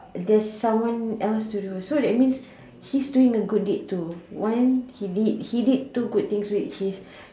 there's someone else to do so that means he's good a good deed too one he did he did two good things which is